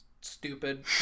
stupid